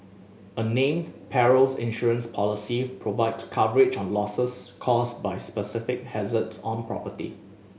a named perils insurance policy provides coverage on losses caused by specific hazards on property